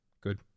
Good